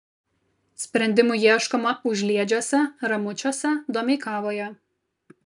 sprendimų ieškoma užliedžiuose ramučiuose domeikavoje